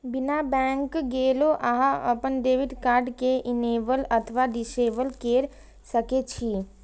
बिना बैंक गेलो अहां अपन डेबिट कार्ड कें इनेबल अथवा डिसेबल कैर सकै छी